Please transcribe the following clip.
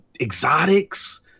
exotics